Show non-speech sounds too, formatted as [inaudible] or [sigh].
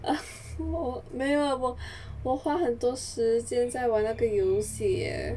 [laughs] 我没有我花很多时间在玩那个游戏 leh